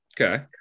Okay